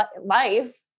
life